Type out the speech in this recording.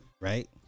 right